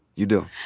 you do.